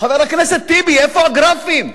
חבר הכנסת טיבי, איפה הגרפים?